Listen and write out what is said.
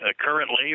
currently